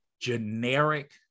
generic